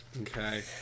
Okay